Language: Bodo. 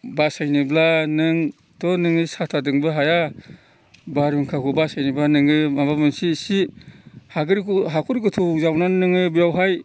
बासायनोब्ला नोंथ' नोंनि साथादोंबो हाया बारहुंखाखौ बासायनोब्ला नोङो माबा मोनसे एसे हाखर गोथौ जावनानै नोङो बेयावहाय